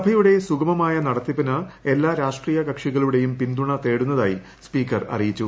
സഭയൂടെ സുഗമമായ നടത്തിപ്പിന് എല്ലാ രാഷ്ട്രീയ കക്ഷികളുടേയും പിന്തുണ്ട് തേടുന്നതായി സ്പീക്കർ അറിയിച്ചു